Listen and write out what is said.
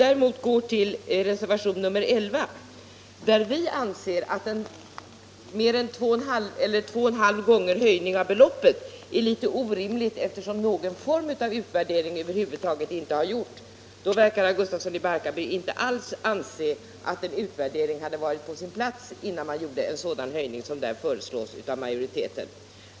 Beträffande reservationen 11, där vi anser att en höjning av beloppet mer än 2,5 gånger är litet orimlig, eftersom någon form av utvärdering över huvud taget inte har gjorts, verkar herr Gustafsson inte alls anse att en utvärdering hade varit på sin plats, innan man gjorde en sådan höjning som föreslås av majoriteten.